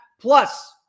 plus